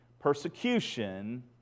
persecution